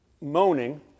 moaning